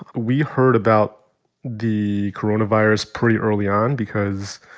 we heard about the coronavirus pretty early on because,